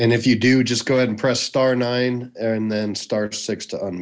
an if you do just go ahead and press star nine and then start six two